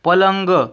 पलंग